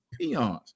peons